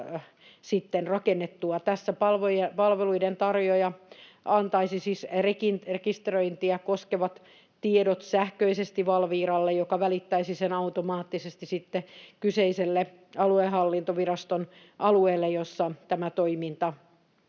rakennettua. Tässä palveluiden tarjoaja antaisi siis rekisteröintiä koskevat tiedot sähköisesti Valviralle, joka välittäisi ne automaattisesti sitten sen aluehallintoviraston alueelle, jolla tämä toiminta